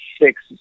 six